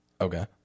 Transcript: Okay